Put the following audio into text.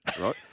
right